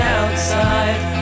outside